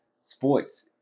sports